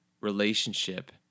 relationship